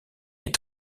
est